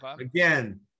Again